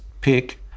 pick